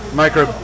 micro